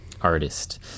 artist